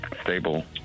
Stable